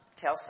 Tell